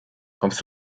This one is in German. kommst